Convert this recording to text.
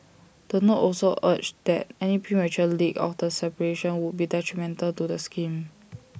the note also urged that any premature leak of the separation would be detrimental to the scheme